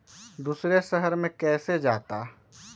दूसरे शहर मे कैसे जाता?